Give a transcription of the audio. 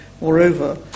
Moreover